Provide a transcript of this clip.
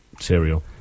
Cereal